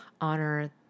honor